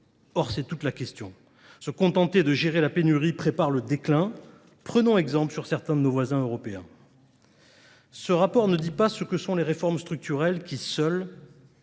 Or, c'est toute la question. Se contenter de gérer la pénurie prépare le déclin. Prenons exemple sur certains de nos voisins européens. Ce rapport ne dit pas ce que sont les réformes structurelles qui, seules,